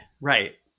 right